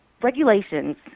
regulations